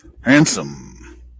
Handsome